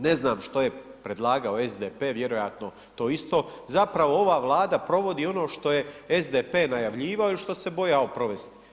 Ne znam što je predlagao SDP, vjerojatno to isto, zapravo ova Vlada provodi ono što je SDP najavljivao i što se bojao provesti.